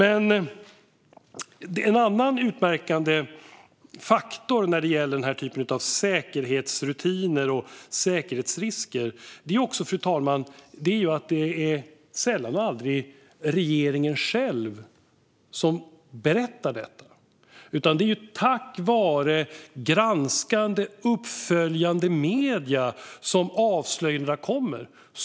En annan utmärkande faktor när det gäller denna typ av säkerhetsrutiner och säkerhetsrisker är att det sällan eller aldrig är regeringen själv som berättar detta, utan det är tack vare granskande och uppföljande medier som avslöjandena kommer.